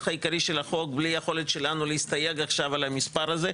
העיקרי של החוק בלי יכולת שלנו להסתייג על המספר הזה,